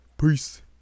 peace